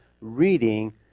reading